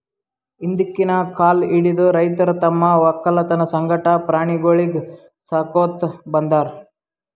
ಹಿಂದ್ಕಿನ್ ಕಾಲ್ ಹಿಡದು ರೈತರ್ ತಮ್ಮ್ ವಕ್ಕಲತನ್ ಸಂಗಟ ಪ್ರಾಣಿಗೊಳಿಗ್ ಸಾಕೋತ್ ಬಂದಾರ್